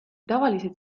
tavaliselt